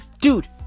dude